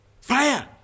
Fire